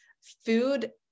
food